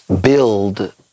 build